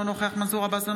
אינו נוכח מנסור עבאס,